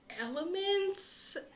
elements